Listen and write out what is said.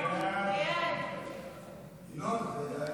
סעיף 2,